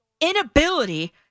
inability